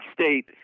State